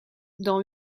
dans